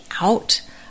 out